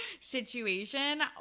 situation